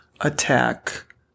attack